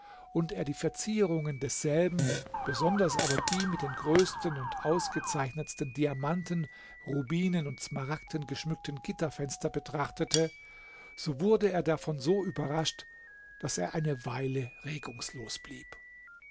und er die verzierungen desselben besonders aber die mit den größten und ausgezeichnetsten diamanten rubinen und smaragden geschmückten gitterfenster betrachtete so wurde er davon so überrascht daß er eine weile regungslos blieb